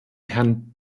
herrn